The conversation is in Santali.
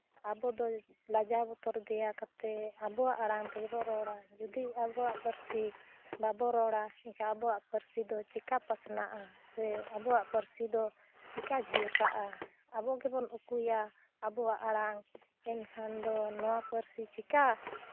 ᱟᱵᱚ ᱫᱚ ᱞᱟᱡᱟᱣ ᱵᱚᱛᱚᱨ ᱫᱮᱭᱟ ᱠᱟᱛᱮᱫ ᱟᱵᱚᱣᱟᱜ ᱟᱲᱟᱝ ᱛᱮᱜᱮ ᱵᱚᱱ ᱨᱚᱲᱟ ᱡᱩᱫᱤ ᱟᱵᱣᱟᱜ ᱯᱟᱹᱨᱥᱤ ᱵᱟᱵᱚ ᱨᱚᱲᱟ ᱮᱱᱠᱷᱟᱱ ᱟᱵᱚᱣᱟᱜ ᱯᱟᱹᱨᱥᱤ ᱫᱚ ᱪᱤᱠᱟᱹ ᱯᱟᱥᱱᱟᱜᱼᱟ ᱥᱮ ᱟᱵᱚᱣᱟᱜ ᱯᱟᱹᱨᱥᱤ ᱫᱚ ᱪᱤᱠᱟᱹ ᱡᱷᱟᱞᱠᱟᱜᱼᱟ ᱟᱵᱚ ᱜᱮᱵᱚ ᱩᱠᱩᱭᱟ ᱟᱵᱚᱣᱟᱜ ᱟᱲᱟᱝ ᱮᱱᱠᱷᱟᱱ ᱫᱚ ᱱᱚᱣᱟ ᱯᱟᱹᱨᱥᱤ ᱪᱤᱠᱟᱹ